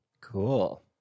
Cool